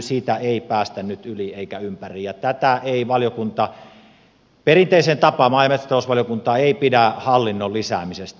siitä ei päästä nyt yli eikä ympäri ja perinteiseen tapaan maa ja metsätalousvaliokunta ei pidä hallinnon lisäämisestä